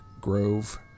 Grove